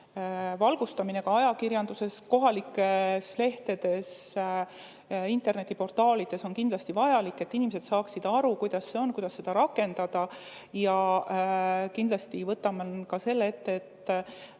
valgustamine ka ajakirjanduses, kohalikes lehtedes, internetiportaalides on kindlasti vajalik, et inimesed saaksid aru, kuidas seda rakendada. Kindlasti võtame selle ette